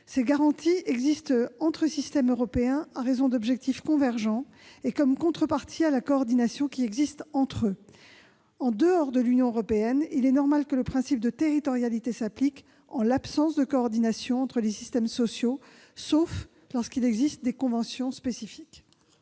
Ces garanties existent entre systèmes européens en raison d'objectifs convergents et comme contrepartie à la coordination qui existe entre eux. En dehors de l'Union européenne, il est normal que le principe de territorialité s'applique en l'absence de coordination entre les systèmes sociaux, sauf lorsqu'il existe des conventions spécifiques.